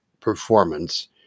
performance